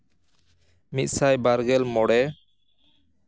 ᱢᱤᱫᱥᱟᱭ ᱵᱟᱨᱜᱮᱞ ᱢᱚᱬᱮ